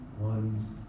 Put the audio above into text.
one's